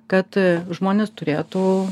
kad žmonės turėtų